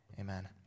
amen